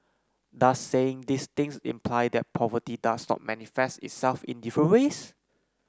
does saying these things imply that poverty does not manifest itself in different ways